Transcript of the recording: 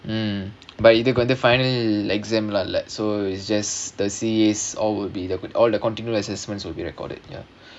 mm இதுக்கு வந்து:idhukku vandhu final exam leh like so it's just the C all would be the all the continual assessments will be recorded ya